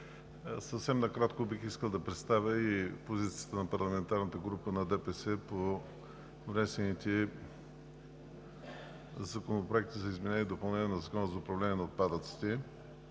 Съвсем накратко бих искал да представя позицията на парламентарната група на ДПС по внесените законопроекти за изменение и допълнение на Закона за управление на отпадъците.